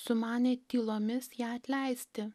sumanė tylomis ją atleisti